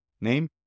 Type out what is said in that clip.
name